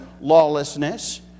Lawlessness